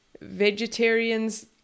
Vegetarians